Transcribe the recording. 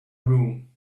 room